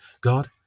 god